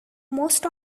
most